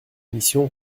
mission